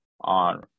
on